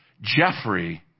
Jeffrey